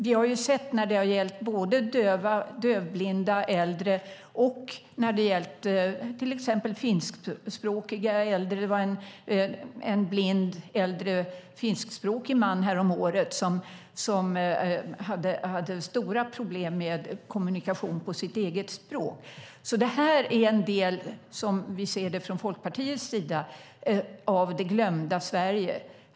Vi har ju sett exempel som har gällt både döva eller dövblinda äldre och till exempel finskspråkiga äldre. Det var en blind, äldre finskspråkig man häromåret som hade stora problem med kommunikation på sitt eget språk. Från Folkpartiets sida ser vi detta som en del av det glömda Sverige.